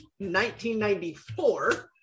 1994